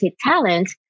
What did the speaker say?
talent